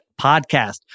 podcast